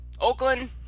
Oakland